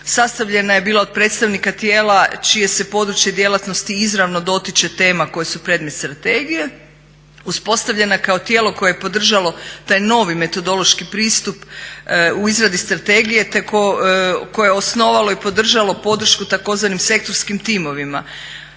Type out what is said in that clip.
sastavljena je bila od predstavnika tijela čije se područje djelatnosti izravno dotiče tema koje su predmet strategije uspostavljena kao tijelo koje je podržalo taj novi metodološki pristup u izradi strategije koje je osnovalo i podržalo podršku tzv. sektorskim timovima.